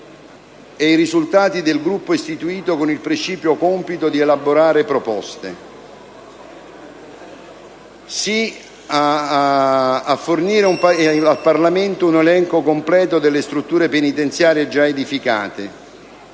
e i risultati del gruppo istituito con il precipuo compito di elaborare proposte; favorevole a fornire al Parlamento un elenco completo delle strutture penitenziarie giù edificate;